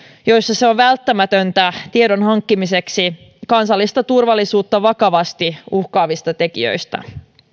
joissa se on välttämätöntä tiedon hankkimiseksi kansallista turvallisuutta vakavasti uhkaavista tekijöistä